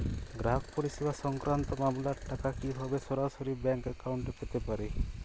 গ্রাহক পরিষেবা সংক্রান্ত মামলার টাকা কীভাবে সরাসরি ব্যাংক অ্যাকাউন্টে পেতে পারি?